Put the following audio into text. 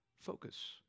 focus